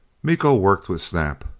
miko worked with snap.